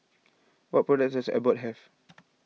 what products does Abbott have